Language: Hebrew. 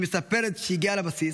היא מספרת שכשהיא הגיעה לבסיס: